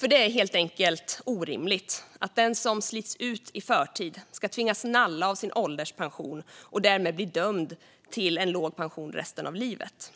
Det är nämligen helt enkelt orimligt att den som slits ut i förtid ska tvingas nalla av sin ålderspension och därmed bli dömd till en låg pension resten av livet.